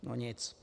No nic.